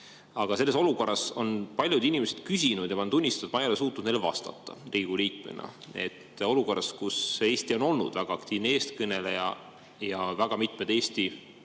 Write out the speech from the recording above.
Aga selles olukorras on paljud inimesed küsinud – ja pean tunnistama, et ma ei ole suutnud neile vastata Riigikogu liikmena –, et olukorras, kus Eesti on olnud väga aktiivne eestkõneleja ja väga mitmed Eesti